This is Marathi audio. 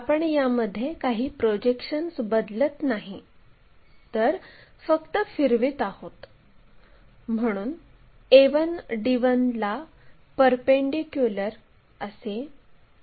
आता p आणि p या दोन्ही पासून आडव्या लोकस लाईन काढा तर या प्रोजेक्ट केलेल्या लाईन आहेत